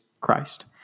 Christ